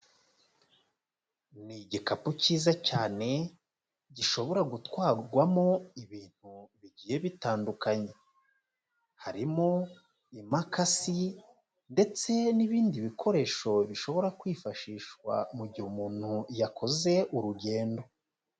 Ni igikapu cyiza cyane gishobora gutwarwamo ibintu bigiye bitandukanye, harimo imakasi ndetse n'ibindi bikoresho bishobora kwifashishwa mu gihe umuntu yakoze urugendo.